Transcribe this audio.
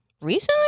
Recently